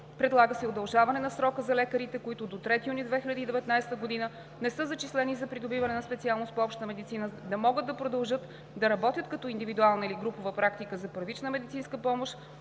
Предлага се и удължаване на срока за лекарите, които до 3 юни 2019 г. не са зачислени за придобиване на специалност по обща медицина, да могат да продължат да работят като индивидуална или групова практика за първична медицинска помощ